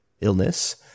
illness